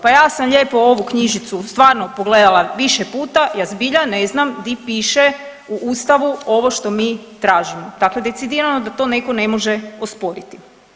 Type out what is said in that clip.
Pa ja sam lijepo ovu knjižicu stvarno pogledala više puta, ja zbilja ne znam gdje piše u Ustavu ovo što mi tražimo, dakle decidirano da to netko ne može osporiti.